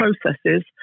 processes